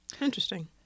Interesting